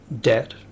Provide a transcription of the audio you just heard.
debt